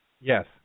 Yes